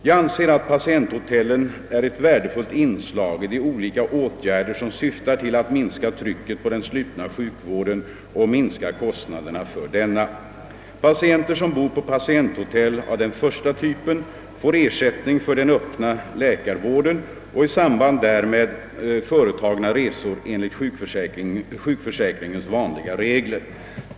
Jag anser att patienthotellen är ett värdefullt inslag i de olika åtgärder som syftar till att minska trycket på den slutna sjukvården och minska kostnaderna för denna. Patienter, som bor på patienthotell av den första typen, får ersättning för den öppna läkarvården och i samband därmed företagna resor enligt sjukförsäkringens vanliga regler.